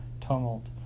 tumult